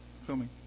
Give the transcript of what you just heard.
filming